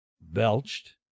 belched